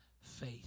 faith